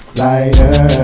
lighter